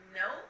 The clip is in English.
no